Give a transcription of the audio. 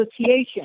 Association